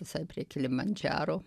visai prie kilimandžiaro